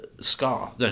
Scar